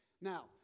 Now